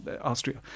Austria